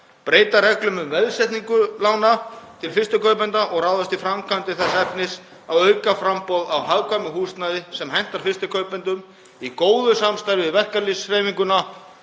breyta reglum um veðsetningu lána til fyrstu kaupenda og ráðast í framkvæmdir til að auka framboð á hagkvæmu húsnæði sem hentar fyrstu kaupendum, í góðu samstarfi við verkalýðshreyfinguna